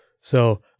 So-